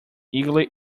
eagerly